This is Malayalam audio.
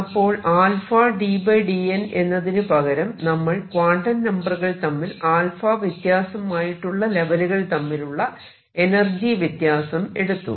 അപ്പോൾ ddn എന്നതിനുപകരം നമ്മൾ ക്വാണ്ടം നമ്പറുകൾ തമ്മിൽ വ്യത്യാസം ആയിട്ടുള്ള ലെവലുകൾ തമ്മിലുള്ള എനർജി വ്യത്യാസം എടുത്തു